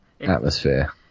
atmosphere